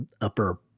upper